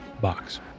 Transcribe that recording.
box